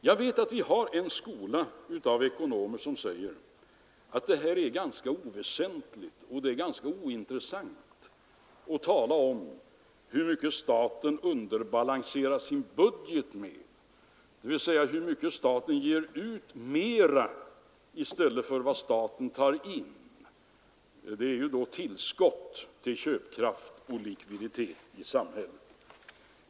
Jag vet att det finns en skola ekonomer som säger att det är ointressant att tala om hur mycket staten underbalanserar sin budget med, dvs. hur mycket staten ger ut mer än den tar in.